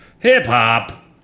Hip-hop